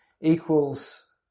Equals